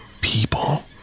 people